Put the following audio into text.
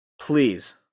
please